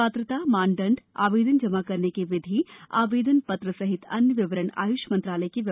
पात्रता मानदंडए आवेदन जमा करने की विधिए आवेदन पत्र सहित अन्य विवरण आय्ष मंत्रालय की वेबसाइट पर हैं